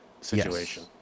situation